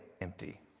empty